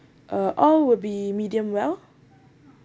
uh all will be medium well